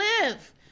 live